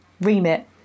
remit